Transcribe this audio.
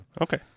Okay